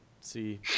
see